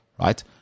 right